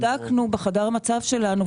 בדקנו בחדר המצב שלנו,